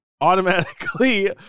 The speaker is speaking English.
automatically